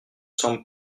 semble